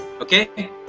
Okay